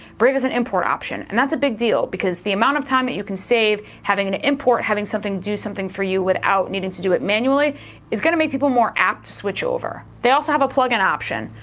brave has an import option and that's a big deal because the amount of time that you can save having an import having something do something for you without needing to do it manually is gonna make people more apt to switch over. they also have a plug-in option.